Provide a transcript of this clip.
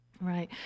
Right